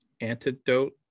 Antidote